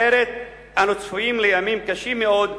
אחרת אנו צפויים לימים קשים מאוד,